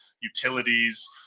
utilities